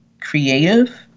creative